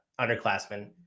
underclassmen